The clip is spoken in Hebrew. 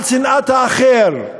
על שנאת האחר,